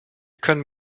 können